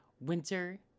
winter